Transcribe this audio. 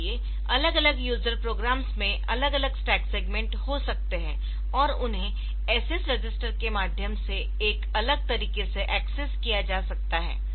इसलिए अलग अलग यूजर प्रोग्राम्स में अलग अलग स्टैक सेगमेंट हो सकते है और उन्हें SS रजिस्टर के माध्यम से एक अलग तरीके से एक्सेस किया जा सकता है